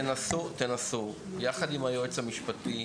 תנסו, יחד עם היועץ המשפטי